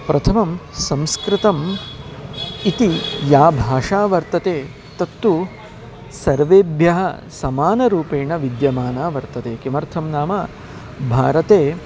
प्रथमं संस्कृतम् इति या भाषा वर्तते तत्तु सर्वेभ्यः समानरूपेण विद्यमाना वर्तते किमर्थं नाम भारते